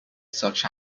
such